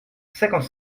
cinquante